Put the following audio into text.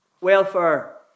welfare